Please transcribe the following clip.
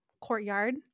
courtyard